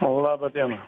laba diena